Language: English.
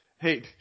Hey